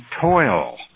toil